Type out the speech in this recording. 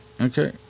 okay